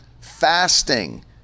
fasting